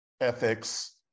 ethics